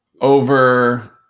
over